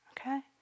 okay